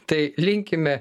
tai linkime